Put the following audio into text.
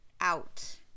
out